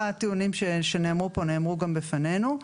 הטיעונים שנאמרו פה נאמרו גם בפנינו.